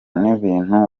n’ibintu